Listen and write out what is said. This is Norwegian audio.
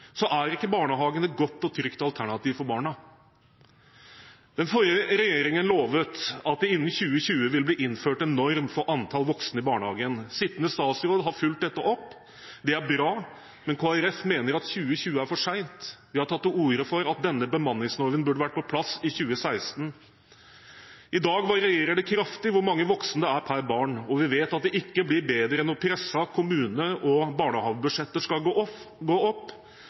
så er ikke barnehagene et godt og trygt alternativ for barna. Den forrige regjeringen lovet at det innen 2020 vil bli innført en norm for antall voksne i barnehagen. Sittende statsråd har fulgt dette opp. Det er bra, men Kristelig Folkeparti mener at 2020 er for seint. Vi har tatt til orde for at denne bemanningsnormen burde vært på plass i 2016. I dag varierer det kraftig hvor mange voksne det er per barn, og vi vet at det ikke blir bedre når pressede kommune- og barnehagebudsjetter skal gå opp.